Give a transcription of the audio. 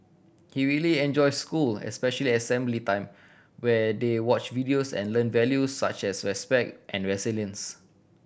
he really enjoy school especially assembly time where they watch videos and learn values such as respect and resilience